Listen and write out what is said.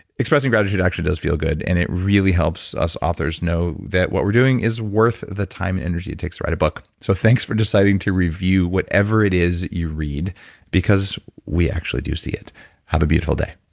expressing gratitude actually does feel good and it really helps us authors know that what we're doing is worth the time and energy it takes to write a book so thanks for deciding to review whatever it is you read because we actually do see it have a beautiful day